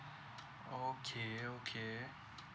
okay okay